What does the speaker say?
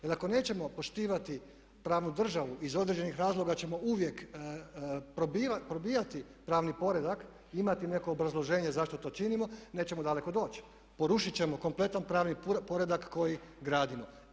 Jer ako nećemo poštivati pravnu državu, iz određenih razloga ćemo uvijek probijati pravni poredak i imati neko obrazloženje zašto to činimo, nećemo daleko doći, porušiti ćemo kompletan pravni poredak koji gradimo.